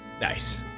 Nice